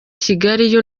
kigali